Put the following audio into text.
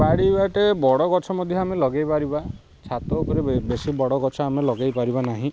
ବାଡ଼ି ବାଟେ ବଡ଼ ଗଛ ମଧ୍ୟ ଆମେ ଲଗେଇ ପାରିବା ଛାତ ଉପରେ ବେଶୀ ବଡ଼ ଗଛ ଆମେ ଲଗେଇ ପାରିବା ନାହିଁ